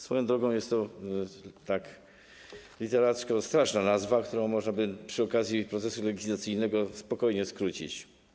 Swoją drogą jest to literacko straszna nazwa, którą można by przy okazji procesu legislacyjnego spokojnie skrócić.